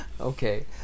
okay